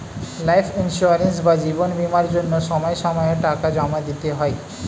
life insurance বা জীবন বীমার জন্য সময় সময়ে টাকা জমা দিতে হয়